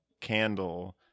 candle